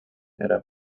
era